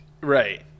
Right